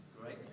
Great